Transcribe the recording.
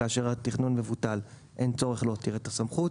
כאשר התכנון מבוטל אין צורך להותיר את הסמכות.